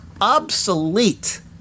obsolete